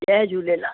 Jay Jhulelal